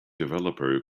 developer